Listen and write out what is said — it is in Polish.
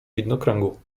widnokręgu